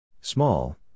Small